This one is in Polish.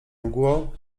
mgłą